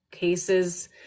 Cases